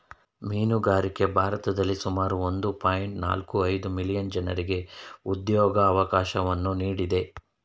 ಮೀನುಗಾರಿಕೆ ಭಾರತದಲ್ಲಿ ಸುಮಾರು ಒಂದು ಪಾಯಿಂಟ್ ನಾಲ್ಕು ಐದು ಮಿಲಿಯನ್ ಜನರಿಗೆ ಉದ್ಯೋಗವಕಾಶವನ್ನು ನೀಡಿದೆ